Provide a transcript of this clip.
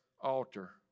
altar